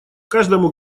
каждому